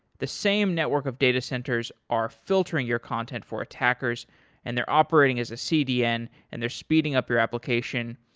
the same network of data centers are filtering your content for attackers and they're operating as a cdn and they're speeding up your application,